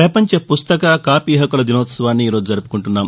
ప్రపంచ పుస్తక కాపీ హక్కుల దినోత్సవాన్ని ఈరోజు జరుపుకుంటున్నాం